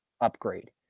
upgrade